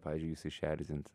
pavyzdžiui jus išerzint